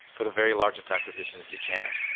for the very largest acquisitions, you can,